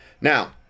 Now